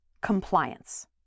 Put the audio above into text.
compliance